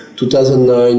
2009